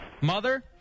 Mother